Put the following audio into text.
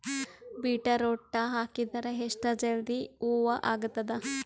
Beetroot ಹಾಕಿದರ ಎಷ್ಟ ಜಲ್ದಿ ಹೂವ ಆಗತದ?